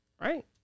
right